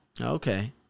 Okay